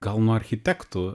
gal nuo architektų